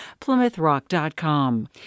PlymouthRock.com